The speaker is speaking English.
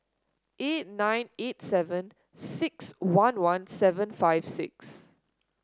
eight nine eight seven six one one seven five six